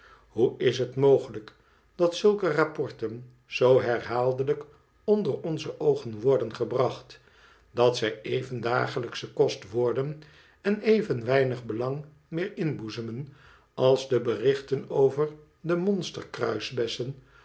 hoe is het mogelijk dat zulke rapporten zoo herhaaldelijk onder onze oogen worden gebracht dat zij even dagelijksche kost worden en even weinig belang meer inboezemen als de berichten over de